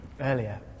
earlier